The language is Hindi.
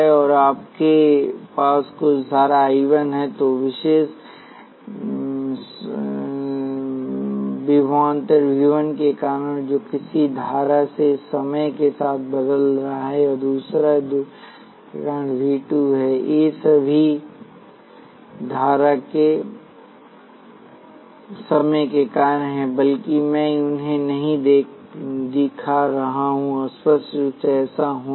और अगर आपके पास कुछधारा I 1 है तो विशेष विभवांतर V 1 के कारण जो किसी तरह से समय के साथ बदल रहा है और दूसराधारा दूसरे विभवांतर के कारण V 2 है ये सभी समय के कार्य हैं हालांकि मैं उन्हें नहीं दिखा रहा हूं स्पष्ट रूप से ऐसा होना